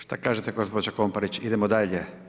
Šta kažete gospođo Komparić, idemo dalje?